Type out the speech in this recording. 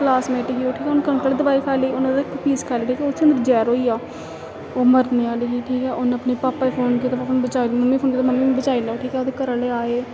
classmate ही ओह् ठीक ऐ उन कनक आह्ली दवाई खाई लेई इन्नै इक पीस खाई लेआ उत्थें ओह्दे कन्नै जैह्र होई गेआ ओह् मरने आह्ली ही ठीक उन अपने पापा गी फोन कीता पापा मिगी बचाई लैओ फोन मम्मी बचाई लैओ ठीक ऐ ओह्दे घरै आह्ले आए